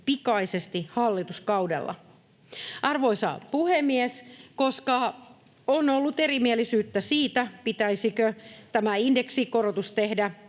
pikaisesti hallituskaudella. Arvoisa puhemies! Koska on ollut erimielisyyttä siitä, pitäisikö tämä indeksikorotus tehdä